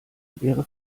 wäre